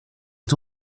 est